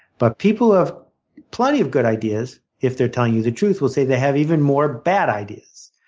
but people who have plenty of good ideas, if they're telling you the truth, will say they have even more bad ideas.